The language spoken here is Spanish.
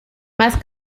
más